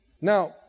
Now